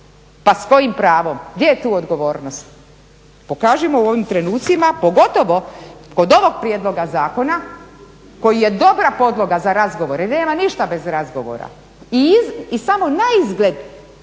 Pa s kojim pravom? Gdje je tu odgovornost? Pokažimo u ovim trenucima pogotovo kod ovog prijedloga zakona koji je dobra podloga za razgovor jer nema ništa bez razgovora i samo naizgled ti